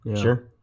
Sure